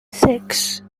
six